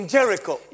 Jericho